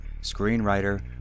screenwriter